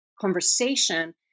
conversation